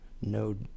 No